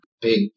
big